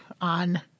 on